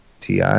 Ti